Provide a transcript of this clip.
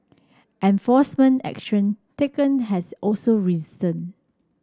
enforcement action taken has also risen